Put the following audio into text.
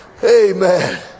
amen